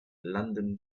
london